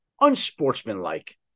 unsportsmanlike